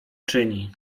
czyni